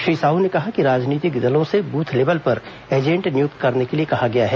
श्री साहू ने कहा कि सभी राजनीतिक दलों से बूथ लेवल पर एजेंट नियुक्त करने के लिए कहा गया है